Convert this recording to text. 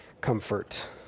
comfort